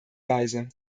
weise